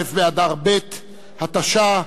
א' באדר ב' התשע"א,